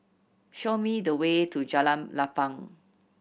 show me the way to Jalan Lapang